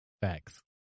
Facts